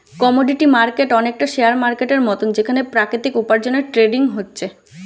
commodity market অনেকটা share মার্কেটের মতন যেখানে প্রাকৃতিক উপার্জনের ট্রেডিং হচ্ছে